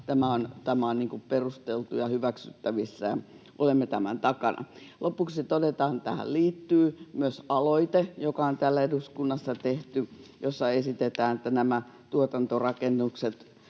tämä on perusteltu ja hyväksyttävissä ja olemme tämän takana. Lopuksi todetaan, että tähän liittyy myös aloite, joka on täällä eduskunnassa tehty, jossa esitetään, että jatkossa